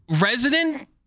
resident